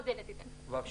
אני